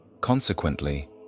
consequently